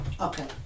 Okay